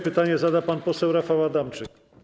Pytanie zada pan poseł Rafał Adamczyk.